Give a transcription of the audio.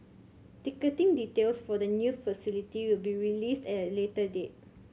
ticketing details for the new facility will be released at a later date